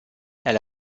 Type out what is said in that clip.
elle